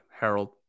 Harold